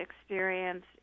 experience